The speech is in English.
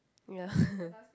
ya